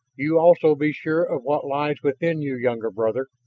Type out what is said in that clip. you also be sure of what lies within you, younger brother!